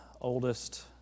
oldest